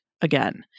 again